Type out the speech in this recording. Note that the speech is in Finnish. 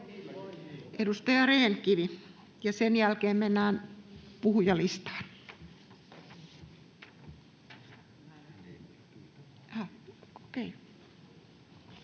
Edustaja Rehn-Kivi, ja sen jälkeen mennään puhujalistaan.